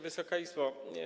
Wysoka Izbo!